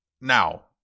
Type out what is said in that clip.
now